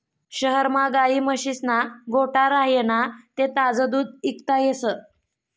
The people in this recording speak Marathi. शहरमा गायी म्हशीस्ना गोठा राह्यना ते ताजं दूध इकता येस